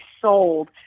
sold